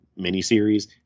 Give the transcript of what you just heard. miniseries